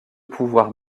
pouvoirs